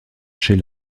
chez